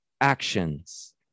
actions